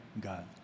God